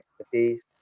expertise